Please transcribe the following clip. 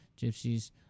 Gypsies